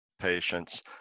patients